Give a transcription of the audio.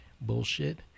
Bullshit